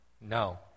No